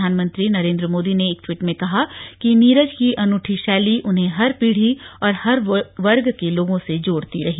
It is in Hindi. प्रधानमंत्री नरेंद्र मोदी ने एक ट्वीट में कहा कि नीरज की अनूठी शैली उन्हें हर पीढ़ी और हर वर्ग के लोगों से जोड़ती रही